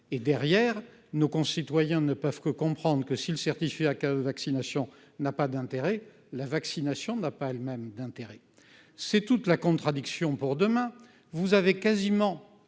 et derrière nos concitoyens ne peuvent que comprendre que s'il certifie la carte de vaccination n'a pas d'intérêt, la vaccination n'a pas le même d'intérêt, c'est toute la contradiction pour demain,